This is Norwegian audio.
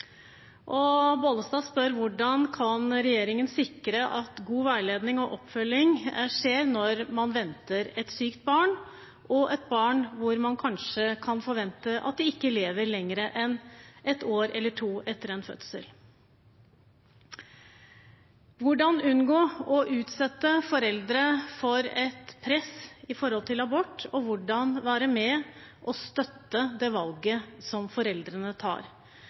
og kanskje så sykt at det ikke er forenlig med liv. Bollestad spør hvordan regjeringen vil sikre god veiledning og oppfølging når man venter et sykt barn, et barn man kanskje ikke kan forvente lever lenger enn ett eller to år etter fødselen. Hvordan kan man unngå å utsette foreldre for et press med hensyn til abort, og hvordan kan man være med på å støtte det valget som foreldrene tar?